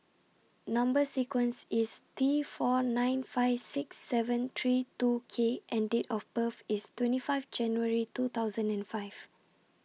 Number sequence IS T four nine five six seven three two K and Date of birth IS twenty five January two thousand and five